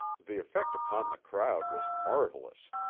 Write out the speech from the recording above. the effect upon the crowd was marvelous.